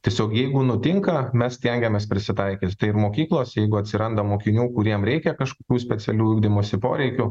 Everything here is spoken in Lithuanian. tiesiog jeigu nutinka mes stengiamės prisitaikyt tai ir mokyklos jeigu atsiranda mokinių kuriem reikia kažkokių specialių ugdymosi poreikių